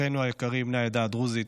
אחינו היקרים בני העדה הדרוזית,